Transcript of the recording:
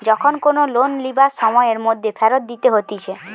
যখন কোনো লোন লিবার সময়ের মধ্যে ফেরত দিতে হতিছে